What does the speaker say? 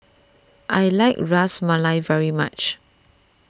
I like Ras Malai very much